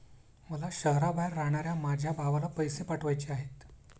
मला शहराबाहेर राहणाऱ्या माझ्या भावाला पैसे पाठवायचे आहेत